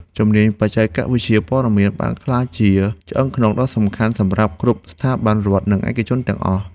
ជំនាញបច្ចេកវិទ្យាព័ត៌មានបានក្លាយជាឆ្អឹងខ្នងដ៏សំខាន់សម្រាប់គ្រប់ស្ថាប័នរដ្ឋ និងឯកជនទាំងអស់។